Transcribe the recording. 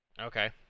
Okay